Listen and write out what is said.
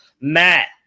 Matt